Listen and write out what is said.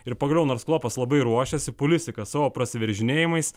ir pagaliau nors klopas labai ruošėsi pulisikas savo prasiveržinėjimais